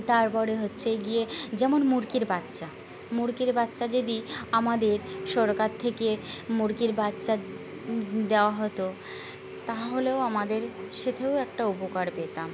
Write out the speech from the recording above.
তারপরে হচ্ছে গিয়ে যেমন মুরগির বাচ্চা মুরগির বাচ্চা যদি আমাদের সরকার থেকে মুরগির বাচ্চা দেওয়া হতো তাহলেও আমাদের সেটাও একটা উপকার পেতাম